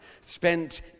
spent